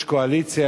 יש קואליציה,